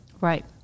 right